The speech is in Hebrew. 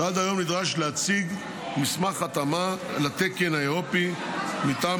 שעד היום נדרש להציג מסמך התאמה לתקן האירופי מטעם